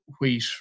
wheat